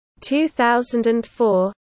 2004